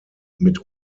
mit